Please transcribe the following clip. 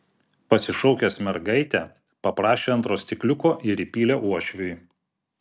pasišaukęs mergaitę paprašė antro stikliuko ir įpylė uošviui